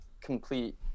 complete